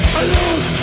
alone